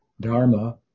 dharma